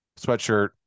sweatshirt